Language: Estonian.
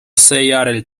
seejärel